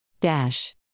Dash